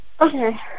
Okay